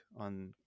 on